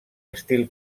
estil